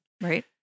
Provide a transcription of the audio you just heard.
Right